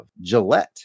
Gillette